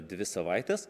dvi savaitės